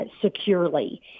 securely